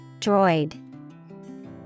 Droid